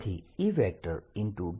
તેથી E